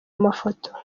mafoto